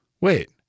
Wait